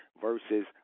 Versus